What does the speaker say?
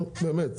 נו באמת.